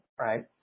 right